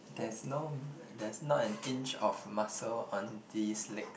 there's no there is not an inch of muscle on these leg